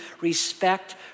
respect